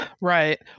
Right